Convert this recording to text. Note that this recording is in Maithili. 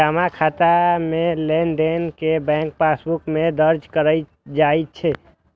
जमा खाता मे लेनदेन कें बैंक पासबुक मे दर्ज कैल जाइ छै